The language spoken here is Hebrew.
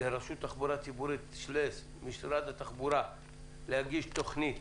לרשות התחבורה הציבורית/משרד התחבורה להגיש תוכנית